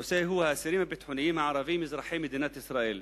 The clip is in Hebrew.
הנושא הוא האסירים הביטחוניים הערבים אזרחי מדינת ישראל.